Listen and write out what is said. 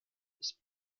ist